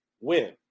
win